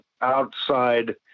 outside –